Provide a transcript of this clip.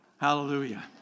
Hallelujah